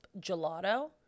gelato